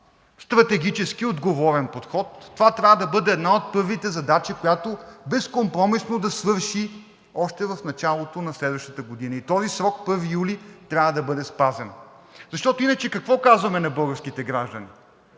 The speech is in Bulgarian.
стратегически отговорен подход, това трябва да бъде една от първите задачи, която безкомпромисно да свърши още в началото на следващата година, и този срок 1 юли трябва да бъде спазен. Защото иначе какво казваме на българските граждани?